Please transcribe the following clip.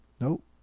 Nope